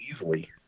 easily